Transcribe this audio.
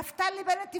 נפתלי בנט הבטיח,